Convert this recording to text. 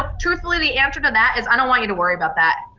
ah truthfully the answer to that is i don't want you to worry about that.